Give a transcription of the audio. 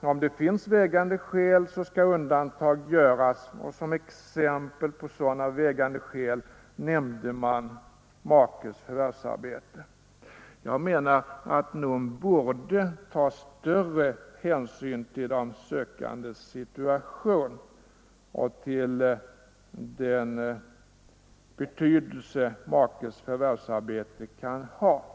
om det finns vägande skäl, så skall undantag göras, och som exempel på sådana vägande skäl nämnde man makes förvärvsarbete. Jag menar att NOM borde ta större hänsyn till de sökandes situation och till den betydelse makes förvärvsarbete kan ha.